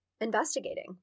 investigating